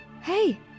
Hey